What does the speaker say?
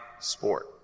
sport